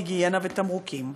היגיינה ותמרוקים.